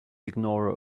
ignore